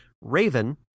Raven